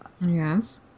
yes